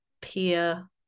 peer